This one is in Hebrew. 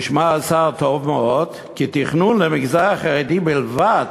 תשמע השר טוב מאוד: תכנון למגזר החרדי בלבד,